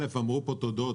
אמרו פה תודות.